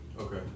Okay